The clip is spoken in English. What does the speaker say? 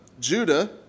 Judah